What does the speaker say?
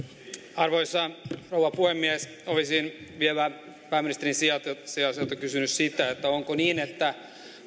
arvoisa rouva puhemies olisin vielä pääministerin sijaiselta kysynyt sitä että